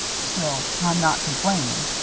still, i'm not complainin'.